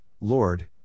Lord